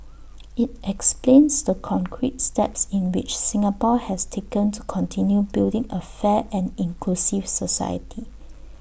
IT explains the concrete steps in which Singapore has taken to continue building A fair and inclusive society